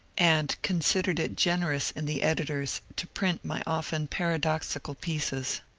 and considered it generous in the editors to print my often paradoxical pieces.